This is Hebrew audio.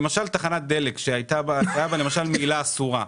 למשל תחנת דלק שנתפסה על מהילה אסורה,